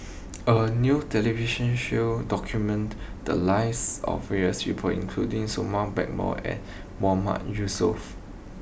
a new television show documented the lives of various people including Blackmore and Mahmood Yusof